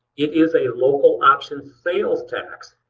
it is a local option sales tax.